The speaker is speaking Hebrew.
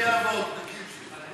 פרקי אבות, בקיצור.